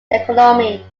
economy